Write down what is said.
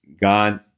God